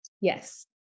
Yes